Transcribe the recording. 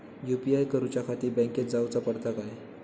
UPI करूच्याखाती बँकेत जाऊचा पडता काय?